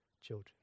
children